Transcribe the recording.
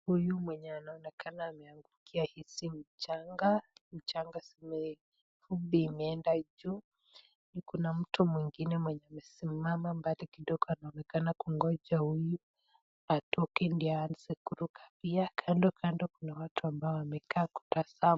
Huyu mwenye anaonekana ameangukia hizi mchanga , mchanga zime ,vumbi imeenda juu ,kuna mtu mwingine mwenye amesimama mbali kidogo anaonekana kungoja huyu atoke ndio aanze kuruka , pia kando kando kuna watu ambao wamekaa kutazama.